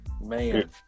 Man